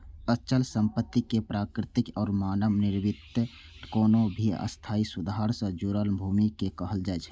अचल संपत्ति प्राकृतिक या मानव निर्मित कोनो भी स्थायी सुधार सं जुड़ल भूमि कें कहल जाइ छै